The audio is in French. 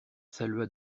salua